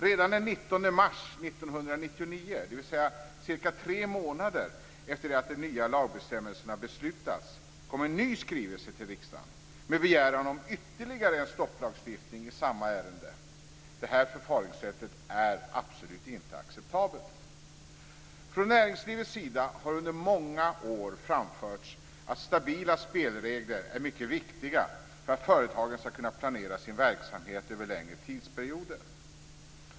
Redan den 19 mars 1999, dvs. cirka tre månader efter det att de nya lagbestämmelserna beslutats, kom en ny skrivelse till riksdagen med begäran om ytterligare en stopplagstiftning i samma ärende. Detta förfaringssätt är absolut inte acceptabelt. Från näringslivets sida har under många år framförts att stabila spelregler är mycket viktiga för att företagen skall kunna planera sin verksamhet över längre tidsperioder.